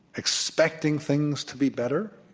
expecting things to be better,